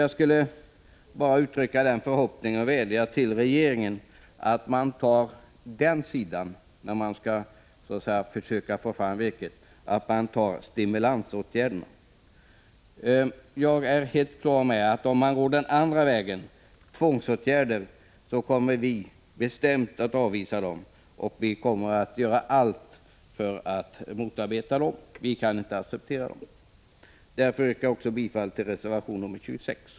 Jag skulle vilja vädja till regeringen att välja den sidan då man skall försöka få fram virke att man tar stimulansåtgärderna. Jag är helt på det klara med att vi, om man väljer den andra vägen, dvs. tvångsåtgärder, bestämt kommer att avvisa dessa. Vi kommer att göra allt för att motarbeta dem. Vi kan inte acceptera dem. Därför yrkar jag också bifall till reservation 26.